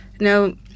no